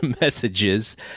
messages